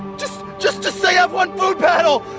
just. just say i've won food battle.